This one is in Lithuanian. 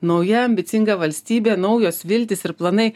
nauja ambicinga valstybė naujos viltys ir planai